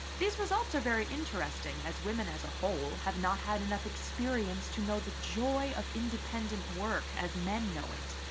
these results are very interesting as women as a whole have not had enough experience to know the joy of independent work as men know it.